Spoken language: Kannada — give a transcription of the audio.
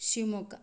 ಶಿವಮೊಗ್ಗ